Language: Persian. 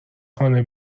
خانه